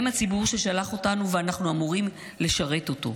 הם הציבור ששלח אותנו, ואנחנו אמורים לשרת אותם.